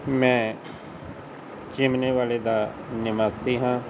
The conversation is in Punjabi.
ਮੈਂ ਚਿਮਨੇ ਵਾਲੇ ਦਾ ਨਿਵਾਸੀ ਹਾਂ